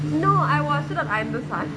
no I watched it on